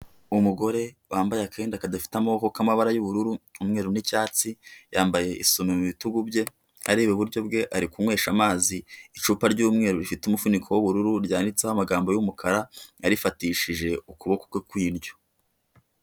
Umugore wambaye akenda kadafite amaboko k' amabara y' ubururu, umweru n' icyatsi, yambaye isume mu bitugu bye, areba iburyo bwe, ari kunywesha amazi icupa ry'umweru rifite umufuniko w'ubururu, ryanditseho amagambo y'umukara, yarifatishije ukuboko kwe kw'iryo.